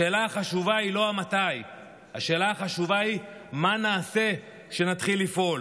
השאלה החשובה היא לא ה"מתי"; השאלה החשובה היא מה נעשה כשנתחיל לפעול.